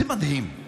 זה מדהים.